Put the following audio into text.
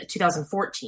2014